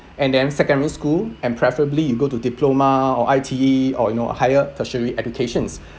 and then secondary school and preferably you go to diploma or I_T_E or you know a higher tertiary educations